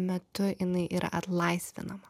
metu jinai yra atlaisvinama